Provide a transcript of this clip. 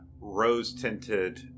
rose-tinted